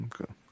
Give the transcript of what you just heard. Okay